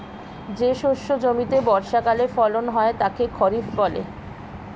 যে শস্য জমিতে বর্ষাকালে ফলন হয় তাকে খরিফ বলে